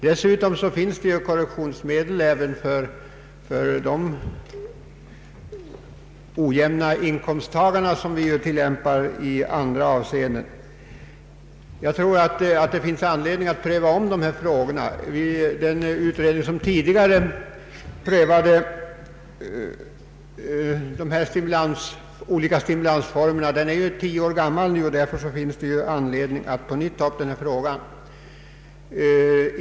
Dessutom finns det korrektionsmöjligheter, som vi ju tilllämpar i andra avseenden när det gäller de högre inkomsttagarna. Jag tror att det finns anledning att ompröva dessa frågor. Den utredning som tidigare prövat olika stimulansformer tillsattes för tio år sedan och mycket har förändrats sedan dess.